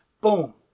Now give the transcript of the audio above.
boom